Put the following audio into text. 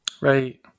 Right